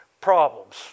problems